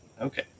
Okay